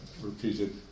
repeated